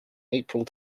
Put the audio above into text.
april